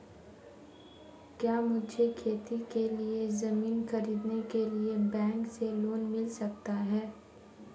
क्या मुझे खेती के लिए ज़मीन खरीदने के लिए बैंक से लोन मिल सकता है?